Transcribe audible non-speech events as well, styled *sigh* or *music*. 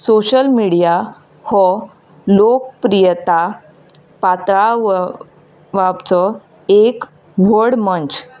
social media हो लोकप्रियता पातळाव *unintelligible* पाचो एक व्हड मंच